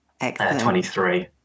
23